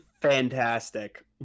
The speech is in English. fantastic